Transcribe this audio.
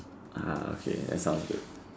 ah okay that sounds good